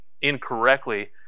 incorrectly